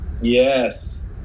Yes